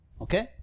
Okay